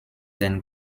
den